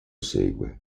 segue